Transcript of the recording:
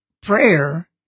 prayer